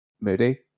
Moody